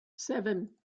seven